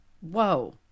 Whoa